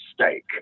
steak